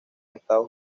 estados